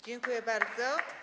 Dziękuję bardzo.